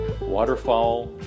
waterfall